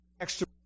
extra